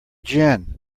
gin